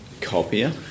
copier